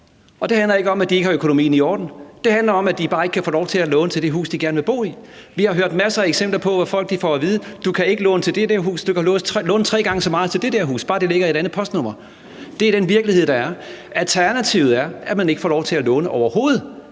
Det handler ikke om, at de ikke har økonomien i orden. Det handler om, at de bare ikke kan få lov til at låne til det hus, de gerne vil bo i. Vi har hørt masser af eksempler på, at folk får at vide, at de ikke kan låne til det der hus, men de kan låne tre gange så meget til det der hus, bare det ligger i et andet postnummer. Det er den virkelighed, der er. Alternativet er, at man ikke får lov til at låne overhovedet,